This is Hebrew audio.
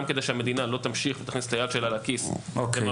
גם כדי שהמדינה לא תמשיך ותכניס את היד שלה לכיס לממן